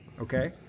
okay